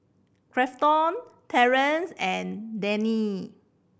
Grafton Terance and Dayne